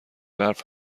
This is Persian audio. برف